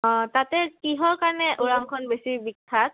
অঁ তাতে কিহৰ কাৰণে ওৰাংখন বেছি বিখ্যাত